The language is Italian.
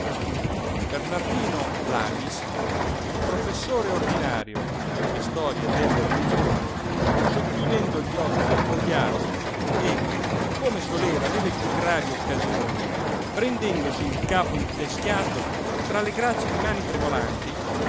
bernardino lamis professore ordinario di storia delle religioni socchiudendo gli occhi addogliati e come soleva nelle piú gravi occasioni prendendosi il capo inteschiato tra le gracili mani tremolanti